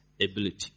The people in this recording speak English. ability